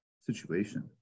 situation